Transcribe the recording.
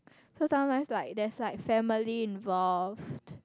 so sometimes like there's like family involve